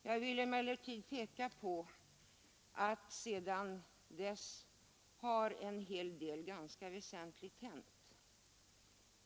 Jag vill emellertid peka på att sedan dess en hel del ganska väsentligt har hänt.